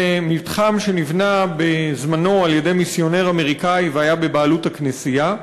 זה מתחם שנבנה בזמנו על-ידי מיסיונר אמריקני והיה בבעלות הכנסייה.